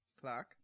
clock